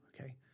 Okay